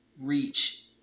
reach